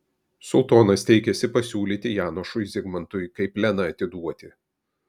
sultonas teikėsi pasiūlyti janošui zigmantui kaip leną atiduoti